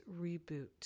Reboot